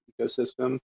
ecosystem